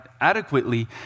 adequately